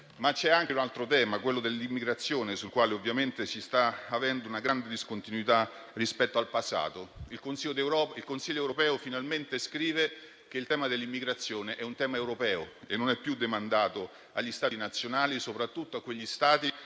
C'è anche un altro tema, quello dell'immigrazione, sul quale si sta avendo una grande discontinuità rispetto al passato. Il Consiglio europeo finalmente scrive che quello dell'immigrazione è un tema europeo e non è più demandato agli Stati nazionali e soprattutto a quelli come